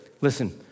Listen